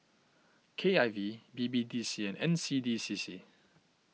K I V B B D C and N C D C C